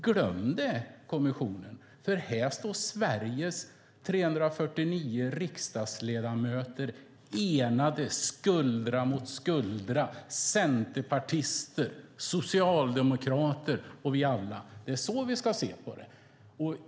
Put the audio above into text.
Glöm det, kommissionen, för här står Sveriges 349 riksdagsledamöter enade, skuldra vid skuldra, centerpartister, socialdemokrater och alla andra! Det är så vi ska se på det.